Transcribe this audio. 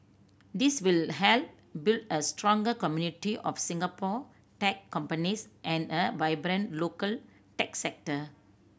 this will help build a stronger community of Singapore tech companies and a vibrant local tech sector